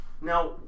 Now